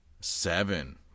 seven